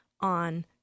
on